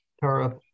Tara